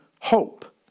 hope